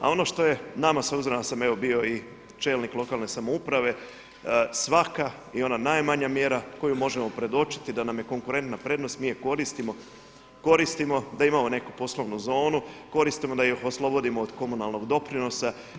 A ono što je nama, s obzirom da sam bio i čelnik lokalne samouprave, svaka i ona najmanja mjera koju možemo predočiti da nam je konkurentna prednost mi je koristimo, koristimo da imamo neku poslovnu zonu, koristimo da ih oslobodimo od komunalnog doprinosa.